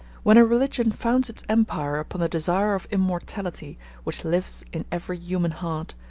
when a religion founds its empire upon the desire of immortality which lives in every human heart,